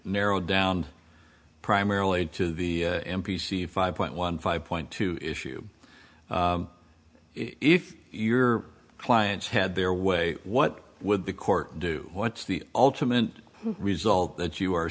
narrowed down primarily to the m p c five point one five point two issue if your clients had their way what would the court do what's the ultimate result that you are